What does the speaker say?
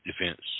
defense